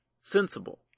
sensible